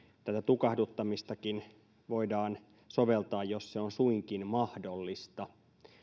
tätä tukahduttamistakin voidaan soveltaa jos se on suinkin mahdollista